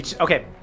Okay